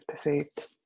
perceived